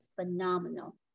phenomenal